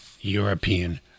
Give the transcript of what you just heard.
European